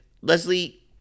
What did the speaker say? leslie